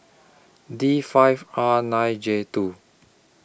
D five R nine J two